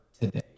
today